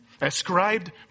Ascribed